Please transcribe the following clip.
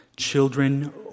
Children